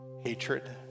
hatred